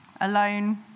alone